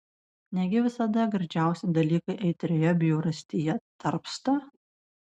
negi visada gardžiausi dalykai aitrioje bjaurastyje tarpsta